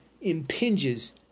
impinges